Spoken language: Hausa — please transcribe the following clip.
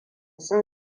sun